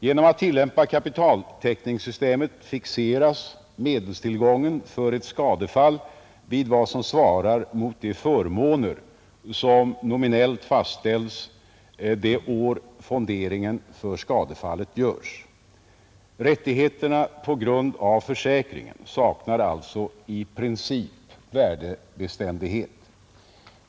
Genom att tillämpa kapitaltäckningssystemet fixeras medelstillgången för ett skadefall vid vad som svarar mot de förmåner som nominellt fastställs det år fonderingen för skadefallet görs. Rättigheterna på grund av försäkringen saknar alltså i princip värdebeständighet.